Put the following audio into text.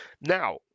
Now